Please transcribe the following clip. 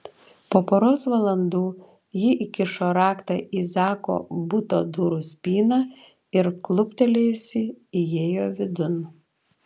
po poros valandų ji įkišo raktą į zako buto durų spyną ir kluptelėjusi įėjo vidun